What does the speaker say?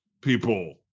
people